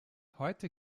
heute